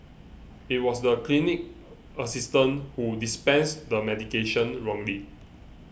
it was the clinic assistant who dispensed the medication wrongly